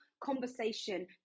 conversation